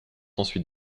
ensuite